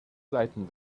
seiten